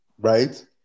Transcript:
right